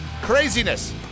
craziness